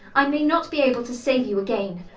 i may not be able to save you again.